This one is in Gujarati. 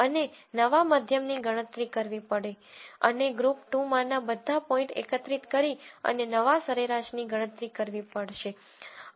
અને નવા મધ્યમની ગણતરી કરવી પડે અને ગ્રુપ 2 માંના બધા પોઇન્ટ એકત્રિત કરી અને નવા સરેરાશની ગણતરી કરવી પડશે